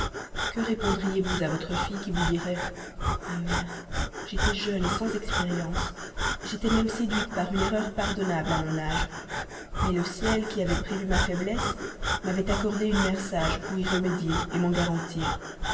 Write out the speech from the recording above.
que répondriez vous à votre fille qui vous dirait ma mère j'étais jeune sans expérience j'étais même séduite par une erreur pardonnable à mon âge mais le ciel qui avait prévu ma faiblesse m'avait accordé une mère sage pour y remédier m'en garantir